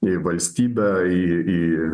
į valstybę į į